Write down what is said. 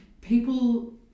people